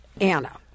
Anna